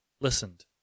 listened